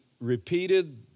repeated